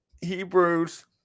Hebrews